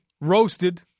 Roasted